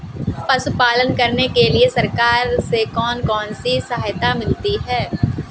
पशु पालन करने के लिए सरकार से कौन कौन सी सहायता मिलती है